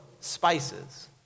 spices